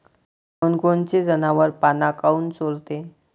कोनकोनचे जनावरं पाना काऊन चोरते?